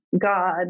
God